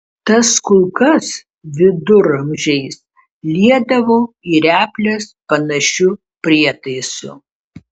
tas kulkas viduramžiais liedavo į reples panašiu prietaisu